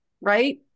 right